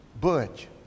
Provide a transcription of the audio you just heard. Butch